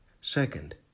Second